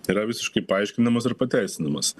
tai yra visiškai paaiškinamas ir pateisinamas